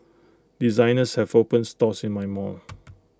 designers have opened stores in my mall